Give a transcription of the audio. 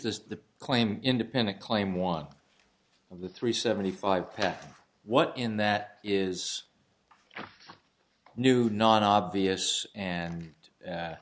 the claimed independent claim one of the three seventy five path what in that is new non obvious and a